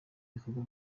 bikorwa